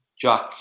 Jack